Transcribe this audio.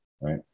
right